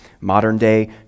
modern-day